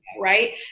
right